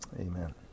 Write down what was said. Amen